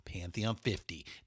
Pantheon50